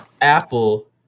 Apple